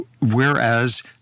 Whereas